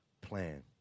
plan